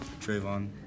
Trayvon